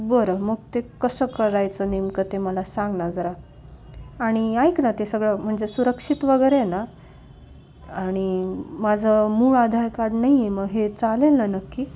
बरं मग ते कसं करायचं नेमकं ते मला सांग ना जरा आणि ऐक ना ते सगळं म्हणजे सुरक्षित वगैरे आहे ना आणि माझं मूळ आधार कार्ड नाहीये मग हे चालेल ना नक्की